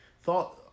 thought